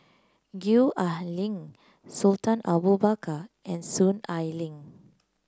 Gwee Ah Leng Sultan Abu Bakar and Soon Ai Ling